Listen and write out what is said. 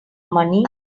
money